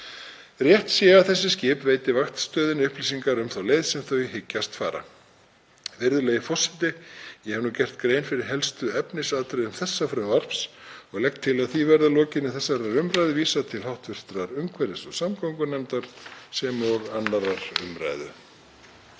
Rétt sé að þessi skip veiti vaktstöðinni upplýsingar um þá leið sem þau hyggjast fara. Virðulegi forseti. Ég hef nú gert grein fyrir helstu efnisatriðum frumvarpsins og legg til að því verði, að lokinni þessari umræðu, vísað til hv. umhverfis- og samgöngunefndar sem og 2. umr.